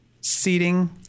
seating